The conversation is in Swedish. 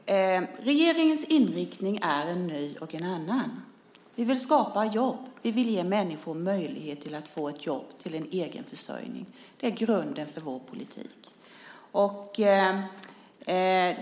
Fru talman! Regeringens inriktning är ny och en annan. Vi vill skapa jobb. Vi vill ge människor möjlighet att få jobb som leder till en egen försörjning. Det är grunden för vår politik.